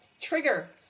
trigger